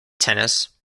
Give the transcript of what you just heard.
tennis